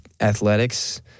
athletics